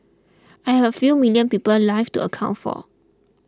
I have a few million people's lives to account for